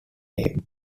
name